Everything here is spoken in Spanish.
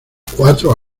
cuatro